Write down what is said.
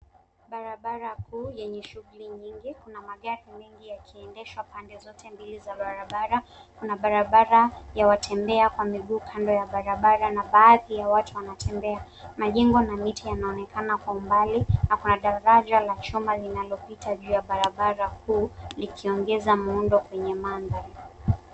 Barabara kuu yenye shughuli nyingi. Kuna magari mengi yakiendeshwa pande zote mbili za barabara. Kuna barabara ya watembea kwa miguu kando ya barabara na baadhi ya watu wanatembea. Majengo na miti yanaonekana kwa umbali na kuna daraja la chuma linalopita juu ya barabara kuu likiongeza muundo kwenye mandhari.